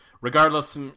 Regardless